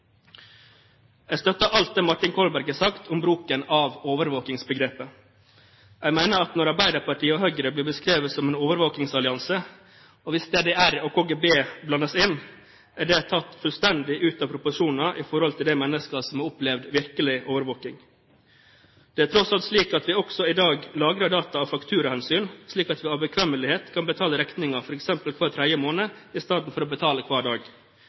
Jeg støtter alt det Martin Kolberg har sagt om bruken av overvåkningsbegrepet. Jeg mener at når Arbeiderpartiet og Høyre blir beskrevet som en overvåkningsallianse – og hvis DDR og KGB blandes inn – er det tatt fullstendig ut av proporsjoner i forhold til de mennesker som har opplevd virkelig overvåkning. Det er tross alt slik at vi også i dag lagrer data av fakturahensyn, slik at vi av bekvemmelighet kan betale regninger f.eks. hver tredje måned istedenfor å betale hver dag.